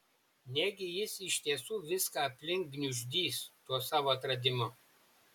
negi jis iš tiesų viską aplink gniuždys tuo savo atradimu